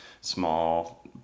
small